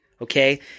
okay